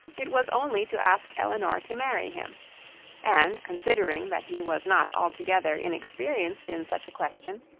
it was only to ask elinor to marry him and considering that he was not altogether inexperienced in such a question,